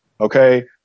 Okay